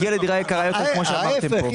להגיע לדירה יקרה יותר, כמו שאמרתם פה.